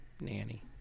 nanny